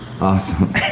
awesome